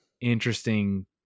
interesting